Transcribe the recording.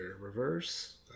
reverse